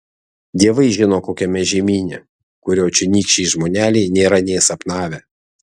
dievai žino kokiame žemyne kurio čionykščiai žmoneliai nėra nė sapnavę